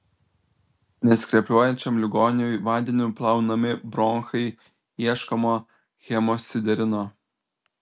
neskrepliuojančiam ligoniui vandeniu plaunami bronchai ieškoma hemosiderino